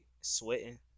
sweating